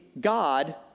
God